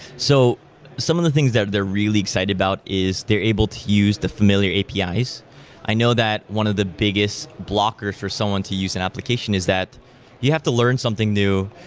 so some of the things that they're really excited about is they're able to use the familiar apis. i know that one of the biggest blocker for someone to use an application is that you have to learn something new,